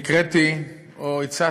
נקראתי או הצעתי,